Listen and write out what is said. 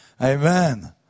Amen